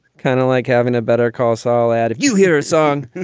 kind of like having a better call saul out if you hear a song.